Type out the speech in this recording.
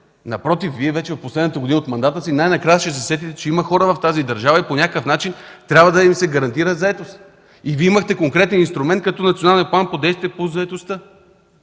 напротив, Вие в последната година от мандата си най-накрая ще се сетите, че в тази държава има хора и че по някакъв начин трябва да им се гарантира заетост. Вие имахте конкретния инструмент като Националния план за действие по заетостта